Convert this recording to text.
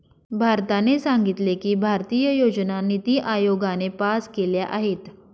भारताने सांगितले की, भारतीय योजना निती आयोगाने पास केल्या आहेत